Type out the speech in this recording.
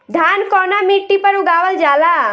धान कवना मिट्टी पर उगावल जाला?